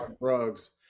drugs